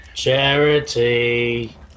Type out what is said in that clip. Charity